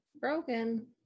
broken